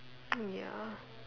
mm ya